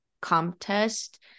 contest